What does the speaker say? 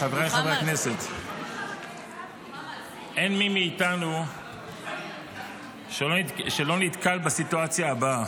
הכנסת, אין מי מאיתנו שלא נתקל בסיטואציה הבאה: